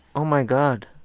oh, my god.